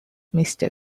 mister